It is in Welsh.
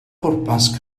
pwrpas